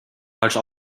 falsch